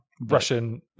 Russian